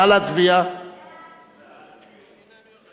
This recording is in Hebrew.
ההצעה להעביר את